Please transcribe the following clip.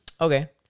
Okay